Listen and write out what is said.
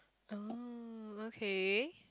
oh okay